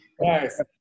Nice